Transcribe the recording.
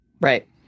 Right